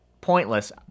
pointless